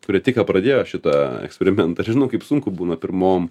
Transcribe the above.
kurie tik ką pradėjo šitą eksperimentą žinau kaip sunku būna pirmom